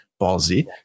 ballsy